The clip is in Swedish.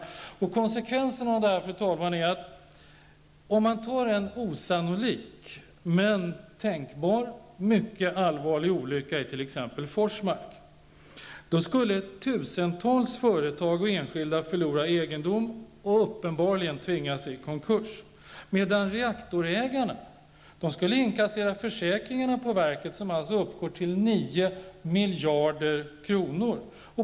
Fru talman, konsekvenserna av detta blir att om man tar en osannolik, men tänkbar, mycket allvarlig olycka i t.ex. Forsmark, skulle tusentals företag och enskilda förlora egendom och tvingas i konkurs medan reaktorägarna skulle inkassera försäkringar på verket som uppgår till 9 miljarder kronor.